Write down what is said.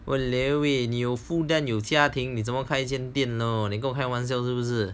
!walao! eh 你有 full time 有家庭你怎么开一间店咯你跟我开玩笑是不是